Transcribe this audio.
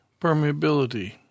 permeability